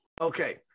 Okay